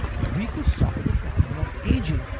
yeah we could solve the problem of aging.